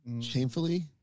Shamefully